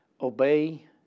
Obey